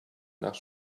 nach